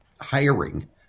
hiring